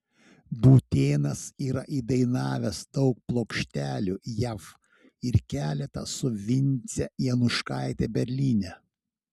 būtėnas yra įdainavęs daug plokštelių jav ir keletą su vince januškaite berlyne